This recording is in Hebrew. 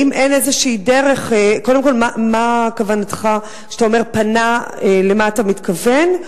קודם כול, כשאתה אומר "פנה" למה אתה מתכוון?